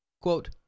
Quote